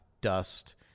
dust